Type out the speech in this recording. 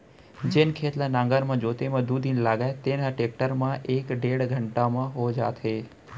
जेन खेत ल नांगर म जोते म दू दिन लागय तेन ह टेक्टर म एक डेढ़ घंटा म हो जात हे